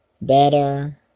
better